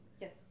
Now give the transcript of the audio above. Yes